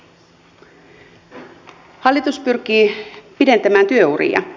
hallitus pyrkii pidentämään työuria